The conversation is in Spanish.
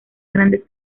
grandes